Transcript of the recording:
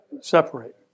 separate